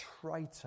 traitor